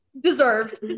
deserved